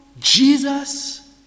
Jesus